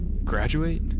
graduate